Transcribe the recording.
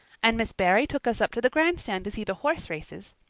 and miss barry took us up to the grandstand to see the horse races.